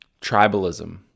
tribalism